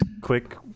quick